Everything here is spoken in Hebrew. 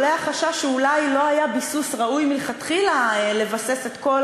עולה החשש שאולי לא היה ראוי מלכתחילה לבסס את כל